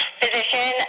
physician